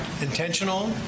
intentional